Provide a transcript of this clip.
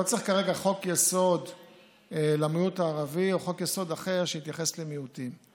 לא צריך כרגע חוק-יסוד למיעוט הערבי או חוק-יסוד אחר שיתייחס למיעוטים.